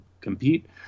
compete